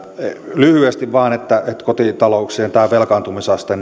lyhyesti vain että tämä kotitalouksien velkaantumisaste